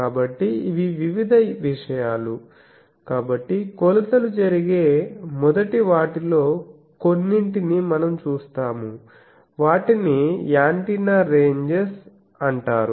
కాబట్టి ఇవి వివిధ విషయాలు కాబట్టి కొలతలు జరిగే మొదటి వాటిలో కొన్నింటిని మనం చూస్తాము వాటిని యాంటెన్నా రెంజెస్ అంటారు